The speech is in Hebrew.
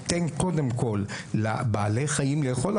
תן קודם כול לבעלי החיים לאכול,